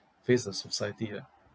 face the society ah